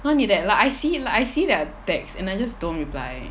not only that like I see like I see their text and I just don't reply